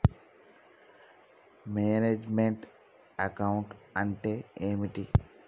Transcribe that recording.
Manage meant account అంటే ఏమిటి?